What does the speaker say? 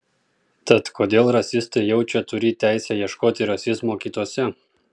tad kodėl rasistai jaučia turį teisę ieškoti rasizmo kituose